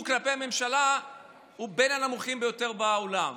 בממשלה הוא בין הנמוכים ביותר בעולם?